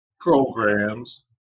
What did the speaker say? programs